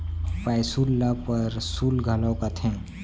पैसुल ल परसुल घलौ कथें